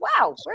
wow